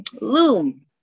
loom